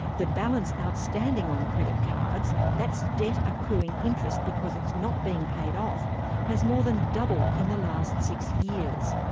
the balance outstanding on credit cards that's debt accruing interest because it's not being paid off has more than doubled in the last six years.